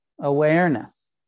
awareness